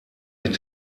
mit